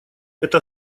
это